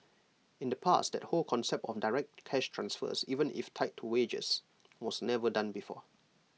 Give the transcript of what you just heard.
in the past that whole concept of direct cash transfers even if tied to wages was never done before